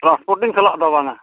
transporting ᱥᱟᱞᱟᱜ ᱫᱚ ᱵᱟᱝᱟ